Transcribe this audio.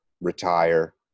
retire